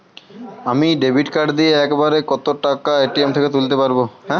আমি debit card দিয়ে এক বারে কত টাকা এ.টি.এম থেকে তুলতে পারবো?